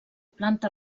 planta